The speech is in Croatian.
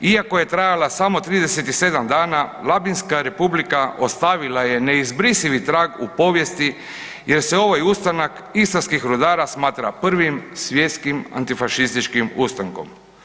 Iako je trajala samo 37 dana, Labinska republika ostavila je neizbrisivi trag u povijesti jer se ovaj ustanak istarskih rudara smatra prvim svjetskim antifašističkim ustankom.